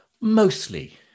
Mostly